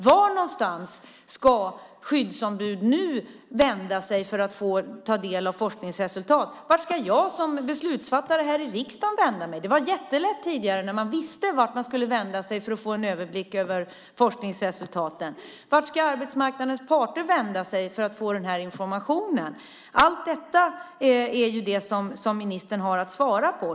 Var någonstans ska skyddsombud nu vända sig för att få ta del av forskningsresultat? Vart ska jag som beslutsfattare här i riksdagen vända mig? Det var jättelätt tidigare när man visste vart man skulle vända sig för att få en överblick över forskningsresultaten. Vart ska arbetsmarknadens parter vända sig för att få den här informationen? Allt detta är det som ministern har att svara på.